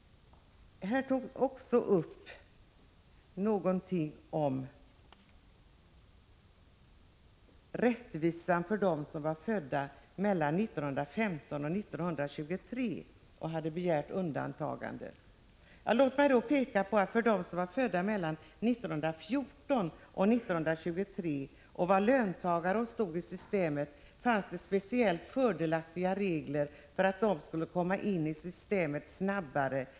Det togs också upp någonting om rättvisan för dem som är födda mellan 1915 och 1923 och hade begärt undantagande från ATP. Låt mig då peka på att det för dem som var födda mellan 1914 och 1923 och som var löntagare och var med i ATP-systemet fanns speciellt fördelaktiga regler för att de skulle komma in i systemet snabbare.